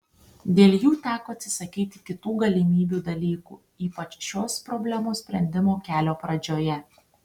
dėl jų teko atsisakyti kitų galimų dalykų ypač šios problemos sprendimo kelio pradžioje